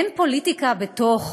אין פוליטיקה בתוך